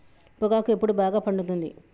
పొగాకు ఎప్పుడు బాగా పండుతుంది?